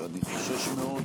ואני חושש מאוד שהוא,